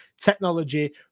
technology